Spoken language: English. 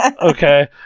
Okay